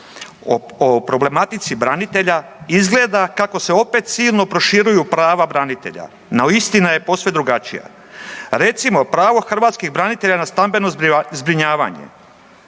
o problematici branitelja, izgleda kako se opet silno proširuju prava branitelja, no istina je posve drugačija. Recimo pravo hrvatskog branitelja na stambeno zbrinjavanje.